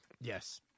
Yes